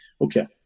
Okay